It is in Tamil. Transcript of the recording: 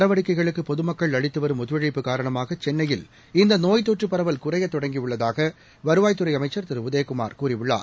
நடவடிக்கைகளுக்குபொதுமக்கள் அளித்துவரும் ஒத்துழைப்பு காரணமாகசென்னையில் அரசின் தொற்றுபரவல் குறையத் தொடங்கிஉள்ளதாகவருவாய்த்துறைஅமைச்சா் இந்தநோய் திருஉதயகுமார் கூறியுள்ளார்